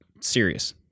serious